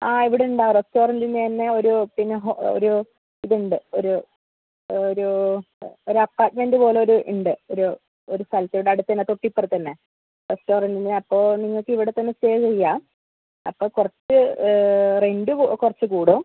ആ ഇവിടെ ഉണ്ട് റെസ്റ്റോറൻറ്റിന് തന്നെ ഒരു പിന്നെ ഒരു ഇതുണ്ട് ഒരു ഒരു ഒരു അപ്പാർട്ട്മെൻറ്റ് പോലെ ഒരു ഉണ്ട് ഒരു ഒരു സ്ഥലത്ത് ഇവിടെ തൊട്ടിപ്പുറത്തുതന്നെ റെസ്റ്റോറൻറ്റിന് അപ്പോൾ നിങ്ങൾക്ക് ഇവിടെത്തന്നെ സ്റ്റേ ചെയ്യാം അപ്പോൾ കുറച്ച് റെൻറ്റ് കുറച്ച് കൂടും